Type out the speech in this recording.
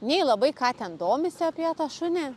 nei labai ką ten domisi apie tą šunį